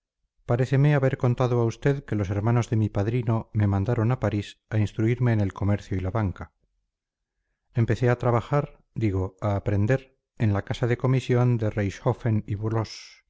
sentara paréceme haber contado a usted que los hermanos de mi padrino me mandaron a parís a instruirme en el comercio y la banca empecé a trabajar digo a aprender en la casa de comisión de reischoffen y